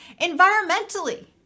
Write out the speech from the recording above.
Environmentally